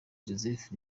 joseph